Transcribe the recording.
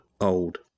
old